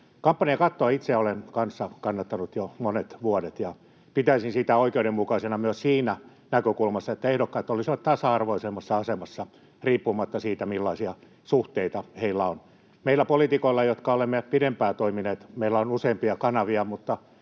Kampanjakattoa olen itse kanssa kannattanut jo monet vuodet, ja pitäisin sitä oikeudenmukaisena myös siitä näkökulmasta, että ehdokkaat olisivat tasa-arvoisemmassa asemassa riippumatta siitä, millaisia suhteita heillä on. Meillä poliitikoilla, jotka olemme pidempään toimineet, on useampia kanavia,